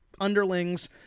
underlings